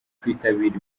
kwitabira